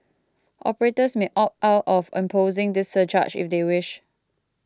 operators may opt out of imposing this surcharge if they wish